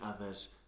others